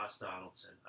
Donaldson